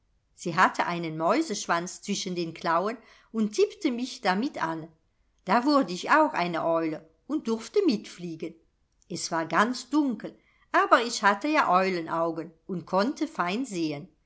sie hatte einen mäuseschwanz zwischen den klauen und tippte mich damit an da wurde ich auch eine eule und durfte mitfliegen es war ganz dunkel aber ich hatte ja eulenaugen und konnte fein sehen